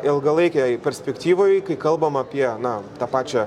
ilgalaikėj perspektyvoj kai kalbam apie na tą pačią